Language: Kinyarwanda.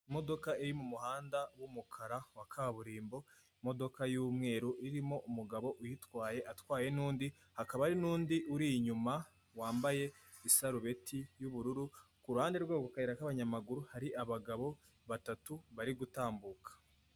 Imodoka iri mu muhanda w'umukara wa kaburimbo imodoka y'umweru irimo umugabo uyitwaye atwaye n'undi, hakaba hari n'undi uri inyuma wambaye isarubeti y'ubururu ku ruhande rwaho mu kayira k'abanyamaguru hari abagabo batatu bari gutambuka.